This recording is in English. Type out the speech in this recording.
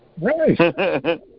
Right